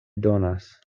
donas